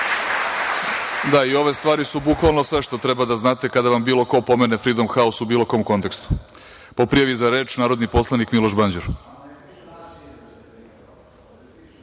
Da, i ove stvari su bukvalno sve što treba da znate kada vam bilo ko pomene Fridom haus, u bilo kom kontekstu. Po prijavi za reč, narodni poslanik Miloš Banđur.